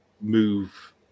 move